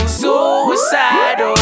suicidal